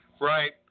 Right